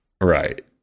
Right